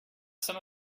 some